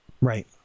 Right